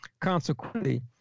Consequently